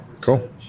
Cool